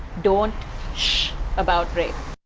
don't shhh about rape.